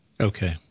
Okay